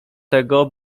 tego